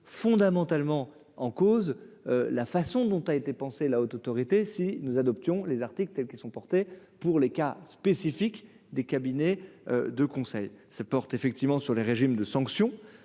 fondamentalement en cause la façon dont a été pensé la Haute autorité si nous adoptions les articles tels qui sont portés pour les cas spécifiques, des cabinets de conseil se porte effectivement sur les régimes de sanctions,